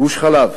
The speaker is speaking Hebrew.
גוש-חלב,